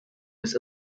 was